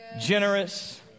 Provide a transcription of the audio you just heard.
Generous